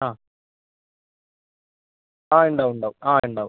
ആ ആ ഉണ്ടാവും ഉണ്ടാവും ആ ഉണ്ടാവും